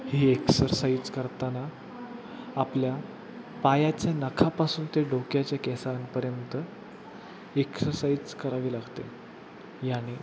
ही exercise करताना आपल्या पायाच्या नखापासून ते डोक्याच्या केसांपर्यंत एक्सरसाइज करावी लागते याने